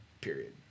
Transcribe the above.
Period